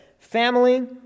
Family